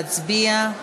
להצביע.